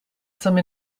some